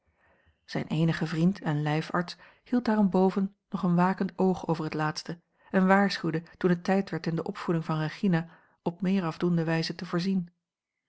zijn eenige vriend en lijfarts hield daarenboven nog een wakend oog over het laatste en waarschuwde toen het tijd werd in de opvoeding van regina op meer afdoende wijze te voorzien